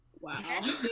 Wow